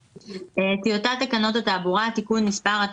טיוטת תקנות התעבורה (תיקון מס'...),